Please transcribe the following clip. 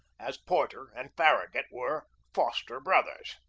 as porter and far ragut were foster-brothers.